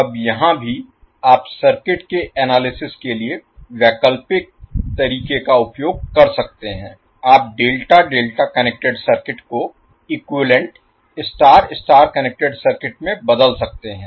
अब यहां भी आप सर्किट के एनालिसिस के लिए वैकल्पिक तरीके का उपयोग कर सकते हैं आप डेल्टा डेल्टा कनेक्टेड सर्किट को equivalent star star connected circuit में बदल सकते हैं